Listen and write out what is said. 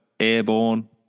Airborne